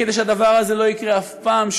כדי שהדבר הזה לא יקרה שוב אף פעם,